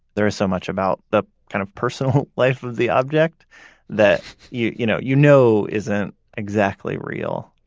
there is so much about the kind of personal life of the object that you you know you know isn't exactly real.